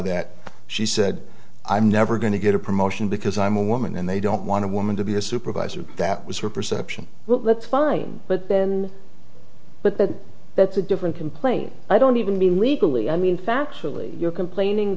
that she said i'm never going to get a promotion because i'm a woman and they don't want to woman to be a supervisor that was her perception well that's fine but then but then that's a different complaint i don't even mean legally i mean factually you're complaining